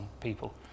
people